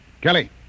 Kelly